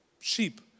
sheep